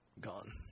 Gone